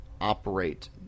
operate